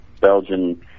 Belgian